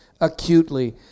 acutely